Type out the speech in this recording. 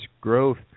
growth